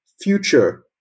future